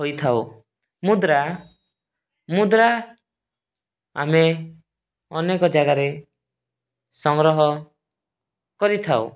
ହୋଇଥାଉ ମୁଦ୍ରା ମୁଦ୍ରା ଆମେ ଅନେକ ଜାଗାରେ ସଂଗ୍ରହ କରିଥାଉ